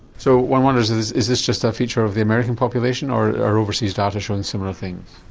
so one wonders is is this just a feature of the american population or are overseas data showing similar things?